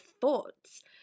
thoughts